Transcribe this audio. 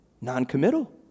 noncommittal